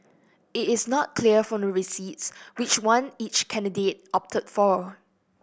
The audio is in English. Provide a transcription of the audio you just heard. it is not clear from the receipts which one each candidate opted for